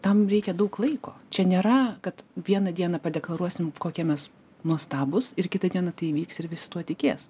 tam reikia daug laiko čia nėra kad vieną dieną padeklaruosim kokie mes nuostabūs ir kitą dieną tai įvyks ir visi tuo tikės